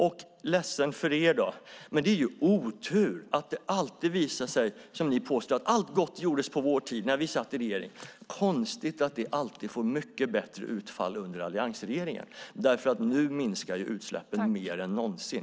Ni påstår att allt gott gjordes på er tid, när ni satt i regeringsställning. Jag är ledsen för er skull, men det är väl otur och konstigt då att det alltid visar sig att det får mycket bättre utfall under alliansregeringar. Nu minskar utsläppen mer än någonsin.